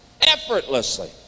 effortlessly